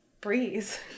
breeze